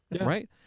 right